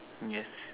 yes